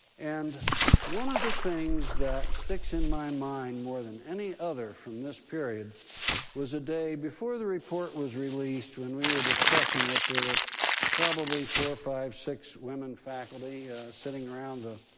and one of the things that sticks in my mind more than any other from this period was a day before the report was released when we were discussing it. there were probably four, five, six women faculty sitting around the